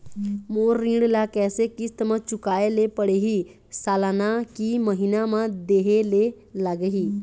मोर ऋण ला कैसे किस्त म चुकाए ले पढ़िही, सालाना की महीना मा देहे ले लागही?